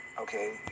Okay